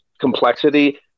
complexity